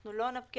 אנחנו לא נפקיע,